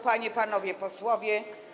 Panie i Panowie Posłowie!